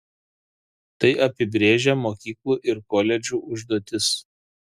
tai apibrėžia mokyklų ir koledžų užduotis